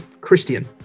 christian